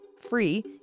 Free